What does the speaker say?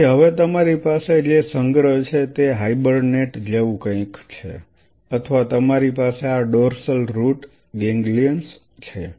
તેથી હવે તમારી પાસે જે સંગ્રહ છે તે હાઇબરનેટ જેવું કંઈક છે અથવા તમારી પાસે આ ડોર્સલ રુટ ગેંગલિઅન્સ છે